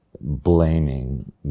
blaming